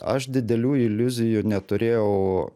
aš didelių iliuzijų neturėjau